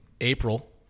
April